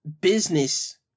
business